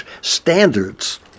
standards